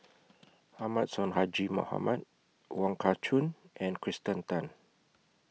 Ahmad Sonhadji Mohamad Wong Kah Chun and Kirsten Tan